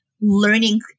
learning